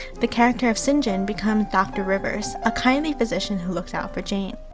the character of st. john becomes doctor rivers, a kindly physician who looks out for jane.